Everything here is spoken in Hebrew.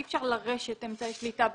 אי אפשר לרשת אמצעי שליטה בחלץ.